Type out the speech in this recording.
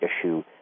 issue